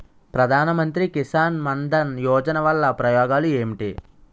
ప్రధాన మంత్రి కిసాన్ మన్ ధన్ యోజన వల్ల ఉపయోగాలు ఏంటి?